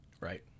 Right